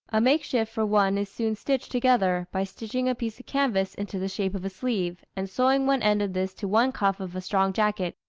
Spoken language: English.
a makeshift for one is soon stitched together, by stitching a piece of canvas into the shape of a sleeve, and sewing one end of this to one cuff of a strong jacket,